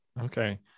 okay